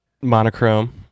monochrome